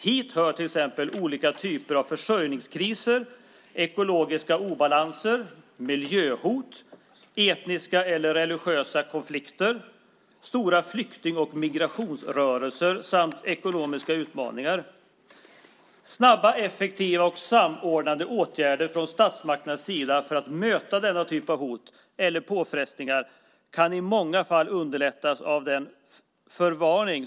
Hit hör t.ex. olika typer av försörjningskriser, ekologiska obalanser, miljöhot, etniska eller religiösa konflikter, stora flykting och migrationsrörelser samt ekonomiska utmaningar -. Snabba, effektiva och samordnade åtgärder från statsmakternas sida för att möta denna typ av hot eller påfrestningar kan i många fall underlättas av den förvarning .